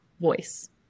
voice